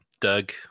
doug